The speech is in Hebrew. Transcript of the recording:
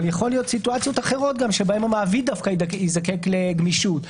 אבל יכולות להיות סיטואציות אחרות בהן המעביד דווקא יזדקק לגמישות.